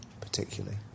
particularly